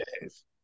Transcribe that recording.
days